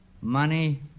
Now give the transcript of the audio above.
Money